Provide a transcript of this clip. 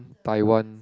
Taiwan